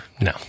No